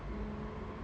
oh